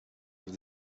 have